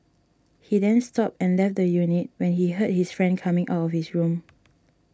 he then stopped and left the unit when he heard his friend coming out of his room